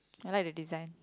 I like the design